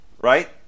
Right